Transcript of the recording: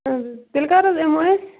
اَہن حظ تیٚلہِ کَر حظ یِمو أسۍ